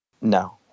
No